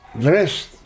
dressed